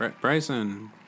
Bryson